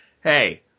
hey